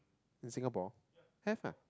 in Singapore have meh